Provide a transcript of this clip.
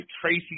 Tracy